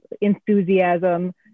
enthusiasm